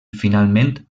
finalment